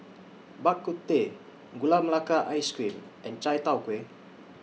Bak Kut Teh Gula Melaka Ice Cream and Chai Tow Kway